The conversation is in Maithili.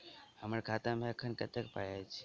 हम्मर खाता मे एखन कतेक पाई अछि?